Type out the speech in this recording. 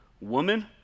woman